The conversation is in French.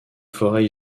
forêt